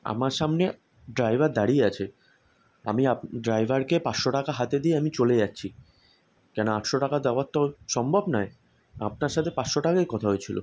আমার সামনে ড্রাইভার দাঁড়িয়ে আছে আমি আপ ড্রাইভারকে পাঁচশো টাকা হাতে দিয়ে আমি চলে যাচ্ছি কেন আটশো টাকা দেওয়ার তো সম্ভব নয় আপনার সাথে পাঁচশো টাকাই কথা হয়েছিল